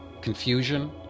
confusion